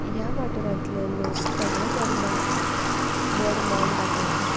ह्या वाठारांतले लोक सगळे धर्माक व्हड मान दाखयतात